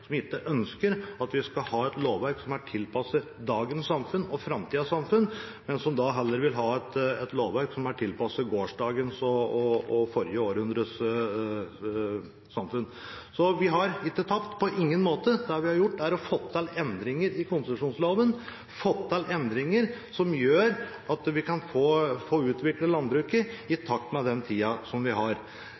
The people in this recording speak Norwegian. som ikke ønsker at vi skal ha et lovverk som er tilpasset dagens og framtidens samfunn, men som heller vil ha et lovverk som er tilpasset gårsdagens og det forrige århundrets samfunn. Så vi har ikke tapt – på ingen måte. Det vi har gjort, er at vi har fått til endringer i konsesjonsloven, fått til endringer som gjør at vi kan få utviklet landbruket i takt med den tida som vi har.